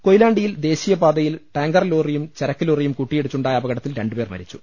കൊയിലാണ്ടിയിൽ ദേശീയ പാതയിൽ ടാങ്കർ ലോറിയും ചരക്ക് ലോറിയും കൂട്ടിയിടി ച്ചുണ്ടായ അപകടത്തിൽ രണ്ടുപേർ മരിച്ചു